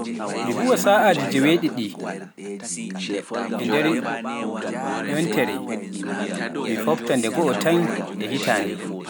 E saa'aji noy kowooton e nder yontere goo? Finjende noy njaton e hitande?